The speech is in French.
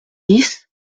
dix